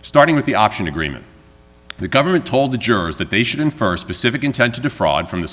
starting with the option agreement the government told the jurors that they should in st pacific intent to defraud from the